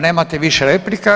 Nemate više replika.